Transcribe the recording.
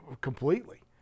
completely